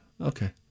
okay